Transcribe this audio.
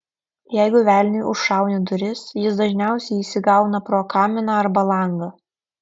jeigu velniui užšauni duris jis dažniausiai įsigauna pro kaminą arba langą